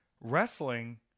wrestling